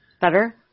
better